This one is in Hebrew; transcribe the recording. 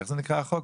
איך נקרא החוק?